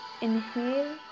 inhale